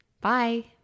Bye